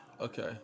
Okay